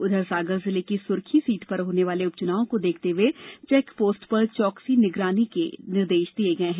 उधर सागर जिले की सुरखी सीट पर होने वाले उपचुनाव को देखते हुए चेकपोस्ट पर चौकस निगरानी के निर्देश दिये गये हैं